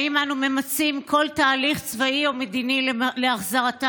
האם אנו ממצים כל תהליך צבאי או מדיני להחזרתם?